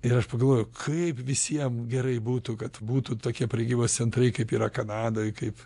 ir aš pagalvojau kaip visiem gerai būtų kad būtų tokie prekybos centrai kaip yra kanadoj kaip